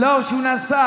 לא, שהוא נסע.